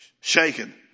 Shaken